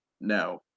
no